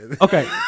Okay